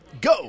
Go